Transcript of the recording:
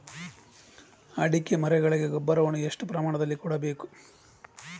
ಅಡಿಕೆ ಮರಗಳಿಗೆ ಗೊಬ್ಬರ ಎಷ್ಟು ಪ್ರಮಾಣದಲ್ಲಿ ಕೊಡಬೇಕು?